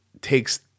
takes